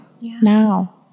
now